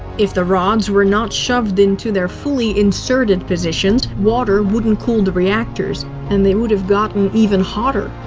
if the rods were not shoved into their fully inserted positions, water wouldn't cool the reactors and they would have gotten even hotter.